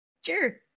Sure